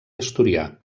asturià